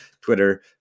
twitter